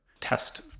test